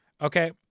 okay